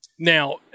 Now